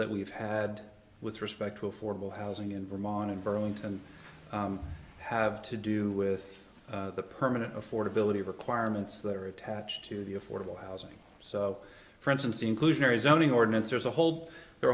that we've had with respect to affordable housing in vermont in burlington have to do with the permanent affordability requirements that are attached to the affordable housing so for instance inclusionary zoning ordinance there's a whole the